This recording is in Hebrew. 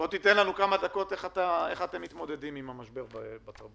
תן לנו סקירה של כמה דקות איך אתם מתמודדים עם המשבר בתרבות,